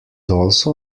also